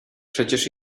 przecież